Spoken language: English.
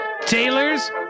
Taylor's